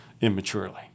immaturely